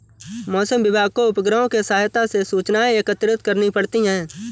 मौसम विभाग को उपग्रहों के सहायता से सूचनाएं एकत्रित करनी पड़ती है